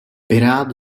pirát